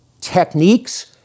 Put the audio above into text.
techniques